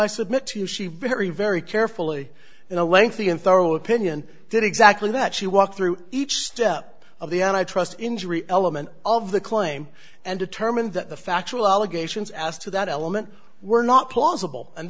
i submit to you she very very carefully in a lengthy and thorough opinion did exactly that she walked through each step of the and i trust injury element of the claim and determined that the factual allegations as to that element were not plausible and